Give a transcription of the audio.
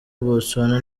botswana